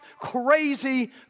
crazy